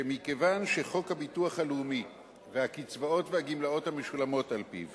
שמכיוון שחוק הביטוח הלאומי והקצבאות והגמלאות המשולמות על-פיו